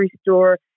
store